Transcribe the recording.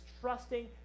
trusting